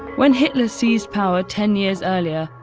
when hitler seized power ten years earlier,